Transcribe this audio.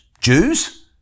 Jews